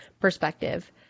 perspective